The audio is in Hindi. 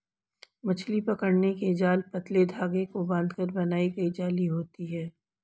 मछली पकड़ने के जाल पतले धागे को बांधकर बनाई गई जाली होती हैं